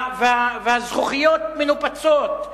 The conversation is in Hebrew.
והזכוכיות מנופצות.